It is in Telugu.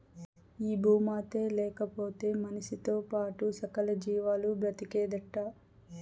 ఈ భూమాతే లేకుంటే మనిసితో పాటే సకల జీవాలు బ్రతికేదెట్టా